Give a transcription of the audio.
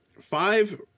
Five